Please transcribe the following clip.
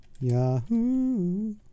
Yahoo